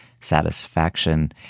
Satisfaction